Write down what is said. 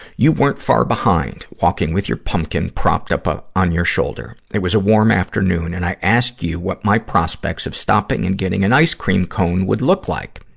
you weren't far behind, walking with your pumpkin propped up ah on your shoulder. it was a warm afternoon, and i asked you what my prospects of stopping and getting an ice cream cone would look like.